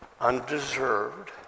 undeserved